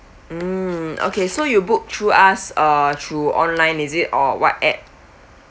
mm okay so you book through us uh through online is it or what app